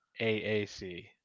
AAC